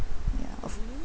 ya